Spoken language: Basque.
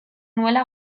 nuela